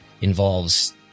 involves